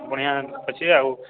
ବଢ଼ିଁଆ ଅଛେ ଆଉ